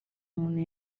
muntu